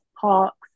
parks